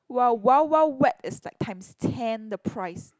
while Wild-Wild-Wet is like times ten the price